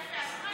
יפה.